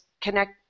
connect